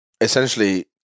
essentially